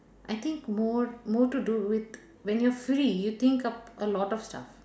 I think more more to do with when you're free you think of a lot of stuff